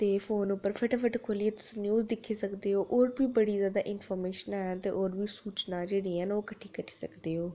ते फोन उप्पर फटाफट खोह्लियै तुस न्यूज दिक्खी सकदे होर बी बड़ी जैदा इन्फारमेशन है ते होर बी सूचना जेह्ड़ियां न ओह् किट्ठी करी सकदे ओ